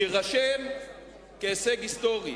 וזה יירשם כהישג היסטורי.